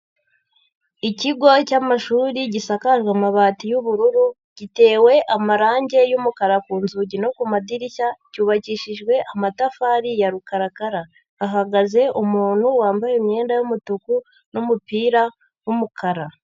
Ikigo cy'amashuri gisakajwe amabati y'ubururu gitewe amarange y'umukara ku nzugi no ku madirishya cyubakishijwe amatafari ya rukarakara, hahagaze umuntu wambaye imyenda y'umutuku n'umupira w'umukara.